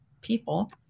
people